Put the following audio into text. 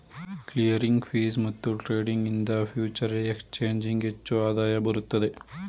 clearing fees ಮತ್ತು trading ಇಂದ future exchanging ಹೆಚ್ಚು ಆದಾಯ ಬರುತ್ತದೆ